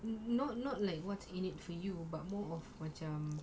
not not like what's in it for you but more of macam